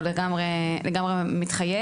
אבל לגמרי מתחייב.